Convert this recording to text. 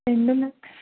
రెండు లక్ష్